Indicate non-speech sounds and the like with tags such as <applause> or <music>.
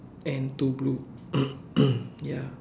and two blue <coughs> ya